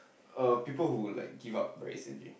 err people who like give up very easily